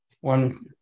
one